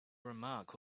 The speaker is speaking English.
remark